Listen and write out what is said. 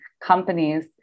companies